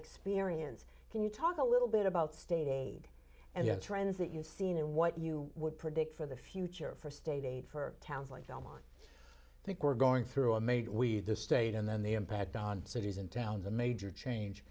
experience can you talk a little bit about state aid and yet trends that you've seen and what you would predict for the future for state aid for towns like belmont i think we're going through a made we just state and then the impact on cities and towns a major change